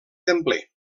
templer